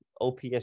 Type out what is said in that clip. OPS